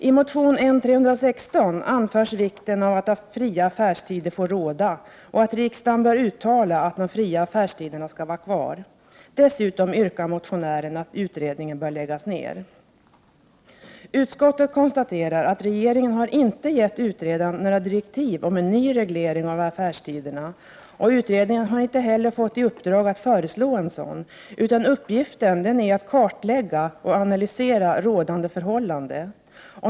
I motion N316 anförs vikten av att fria affärstider får råda och att riksdagen bör uttala att de fria affärstiderna skall vara kvar. Dessutom anser motionären att utredningen bör läggas ner. Utskottet konstaterar att regeringen inte har givit utredaren några direktiv om en ny reglering av affärstiderna och att utredningen inte heller har fått i uppdrag att föreslå en sådan, utan uppgiften är att kartlägga och analysera rådande förhållanden.